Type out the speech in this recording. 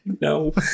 No